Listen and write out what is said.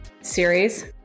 series